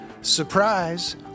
Surprise